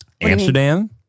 Amsterdam